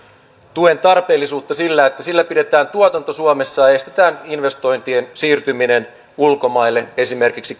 tuen tarpeellisuutta sillä että sillä pidetään tuotanto suomessa ja estetään investointien siirtyminen ulkomaille esimerkiksi